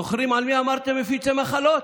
זוכרים על מי אמרתם מפיצי מחלות?